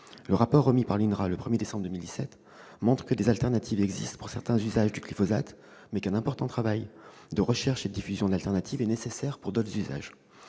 Le rapport remis par l'INRA le 1décembre 2017 montre que des solutions de substitution existent pour certains usages du glyphosate, mais qu'un important travail de recherche et de diffusion d'alternatives est nécessaire pour d'autres usages.